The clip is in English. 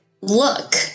look